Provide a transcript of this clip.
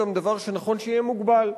היושב-ראש, גם דבר שנכון שיהיה מוגבל.